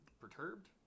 disturbed